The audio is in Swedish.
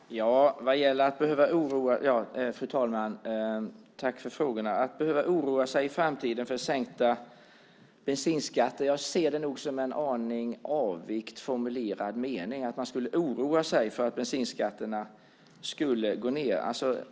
Fru talman! Först vill jag tacka Helena Leander för hennes frågor. Det talades om att i framtiden behöva oroa sig för sänkt bensinskatt. Jag ser det nog som en något avig formulering när man talar om att man ska behöva oroa sig för att bensinskatten går ned.